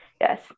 yes